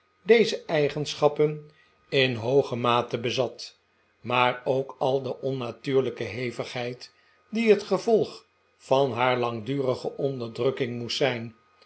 deze eigenschappen in hooge mate bezat t maar ook al de onrtatuurlijke hevigheid die het gevolg van haar langdurige onderdrukking moest zijn